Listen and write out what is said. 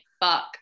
fuck